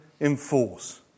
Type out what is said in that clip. enforce